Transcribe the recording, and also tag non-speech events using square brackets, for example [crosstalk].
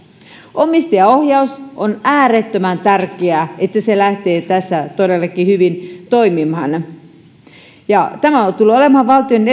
omistajaohjaus on äärettömän tärkeää se että se lähtee tässä todellakin hyvin toimimaan tämä tulee olemaan valtion [unintelligible]